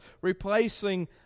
replacing